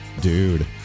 dude